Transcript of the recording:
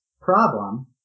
problem